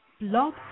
Blog